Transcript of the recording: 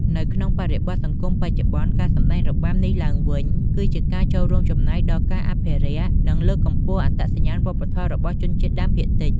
នៅក្នុងបរិបទសង្គមបច្ចុប្បន្ន ការសម្តែងរបាំនេះឡើងវិញ គឺជាការរួមចំណែកដល់ការអភិរក្ស និងលើកតម្កើងអត្តសញ្ញាណវប្បធម៌របស់ជនជាតិដើមភាគតិច។